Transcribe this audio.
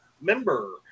member